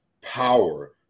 power